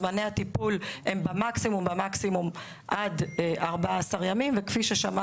זמני הטיפול הם במקסימום עד 14 ימים וכפי ששמע